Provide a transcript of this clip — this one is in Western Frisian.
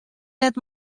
net